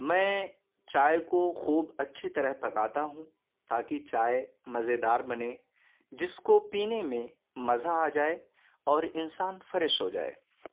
میں چائے کو خوب اچھی طرح پکاتا ہوں تاکہ چائے مزیدار بنے جس کو پینے میں مزہ آ جائے اور انسان فریش ہو جائے